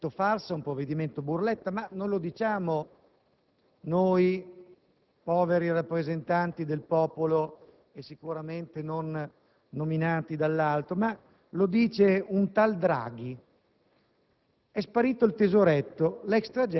questo provvedimento come un provvedimento farsa, un provvedimento burletta. Non lo diciamo noi, poveri rappresentanti del popolo e sicuramente non nominati dall'alto, ma lo dice un tal Draghi: